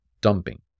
dumping